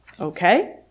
Okay